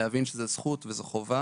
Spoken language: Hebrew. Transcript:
להבין שזו זכות וזו חובה